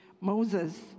Moses